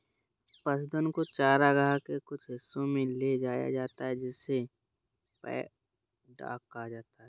पशुधन को चरागाह के कुछ हिस्सों में ले जाया जाता है जिसे पैडॉक कहा जाता है